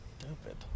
stupid